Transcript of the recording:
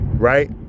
right